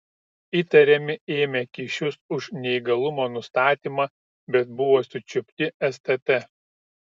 įtariami ėmę kyšius už neįgalumo nustatymą bet buvo sučiupti stt